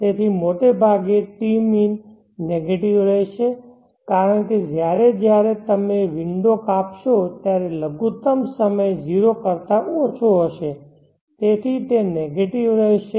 તેથી મોટાભાગે tmin negative રહેશે કારણ કે જ્યારે જ્યારે પણ તમે વિંડો કાપશો ત્યારે લઘુત્તમ સમય 0 કરતા ઓછો હશે તેથી તે નેગેટિવ રહેશે